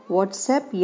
WhatsApp